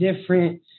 different